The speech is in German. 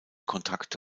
kontakte